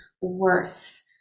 worth